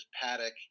paddock